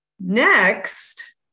Next